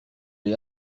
les